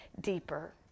deeper